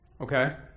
Okay